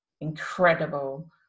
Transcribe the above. incredible